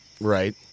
Right